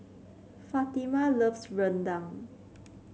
Fatima loves Rendang